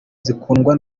zikundwa